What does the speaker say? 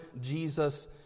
Jesus